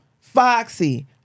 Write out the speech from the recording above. Foxy